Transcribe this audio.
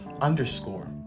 underscore